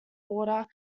order